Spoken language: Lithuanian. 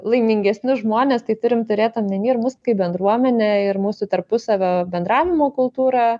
laimingesnius žmones tai turim turėt omeny ir mus kaip bendruomenę ir mūsų tarpusavio bendravimo kultūrą